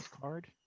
card